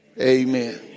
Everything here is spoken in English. amen